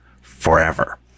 forever